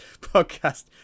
podcast